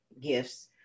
gifts